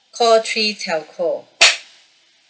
call three telco